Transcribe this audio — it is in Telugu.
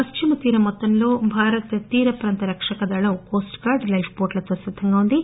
పశ్చిమ తీరం మొత్తంలో భారత తీర ప్రాంత రక్షక దళం లైక్స్ బోట్లతో సిద్దంగా ఉంది